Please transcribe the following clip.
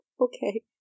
Okay